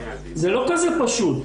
זה לא כזה פשוט.